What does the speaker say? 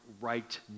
right